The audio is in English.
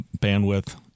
bandwidth